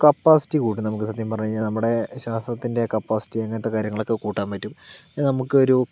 capacity കൂട്ടും നമുക്ക് സത്യം പറഞ്ഞ് കഴിഞ്ഞാൽ നമ്മുടെ ശ്വാസത്തിൻ്റെ കപ്പാസിറ്റി അങ്ങനത്തെ കാര്യങ്ങളൊക്കെ കൂട്ടാൻ പറ്റും പിന്നെ നമുക്കൊരു